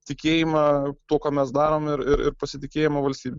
tikėjimą tuo ką mes darom ir ir ir pasitikėjimu valstybe